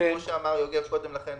כמו שאמר יוגב קודם לכן,